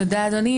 תודה, אדוני.